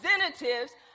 representatives